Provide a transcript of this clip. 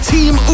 Team